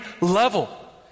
level